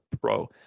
pro